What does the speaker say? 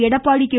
Edappadi K